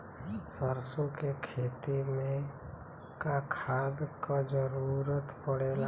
सरसो के खेती में का खाद क जरूरत पड़ेला?